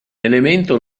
elemento